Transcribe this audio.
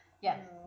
yes